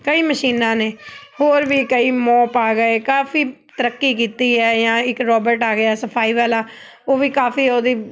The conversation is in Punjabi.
ਕਈ ਮਸ਼ੀਨਾਂ ਨੇ ਹੋਰ ਵੀ ਕਈ ਮੋਪ ਆ ਗਏ ਕਾਫੀ ਤਰੱਕੀ ਕੀਤੀ ਹੈ ਜਾਂ ਇੱਕ ਰੋਬਿਟ ਆ ਗਿਆ ਸਫ਼ਾਈ ਵਾਲਾ ਉਹ ਵੀ ਕਾਫੀ ਉਹਦੀ